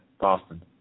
Boston